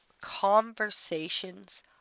conversations